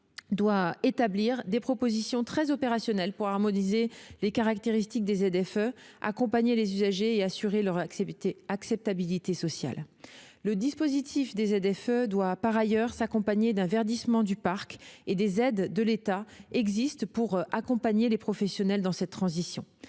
doit établir des propositions très opérationnelles pour harmoniser les caractéristiques des ZFE, assurer leur acceptabilité sociale et accompagner les usagers. Le dispositif des ZFE doit par ailleurs s'accompagner d'un verdissement du parc, et des aides de l'État existent pour accompagner les professionnels dans cette transition.